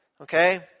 okay